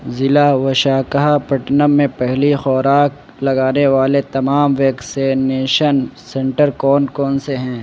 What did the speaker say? ضلع وشاکھاپٹنم میں پہلی خوراک لگانے والے تمام ویکسینیشن سینٹر کون کون سے ہیں